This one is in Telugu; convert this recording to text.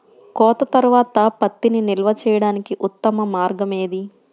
కోత తర్వాత పత్తిని నిల్వ చేయడానికి ఉత్తమ మార్గం ఏది?